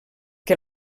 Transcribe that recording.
que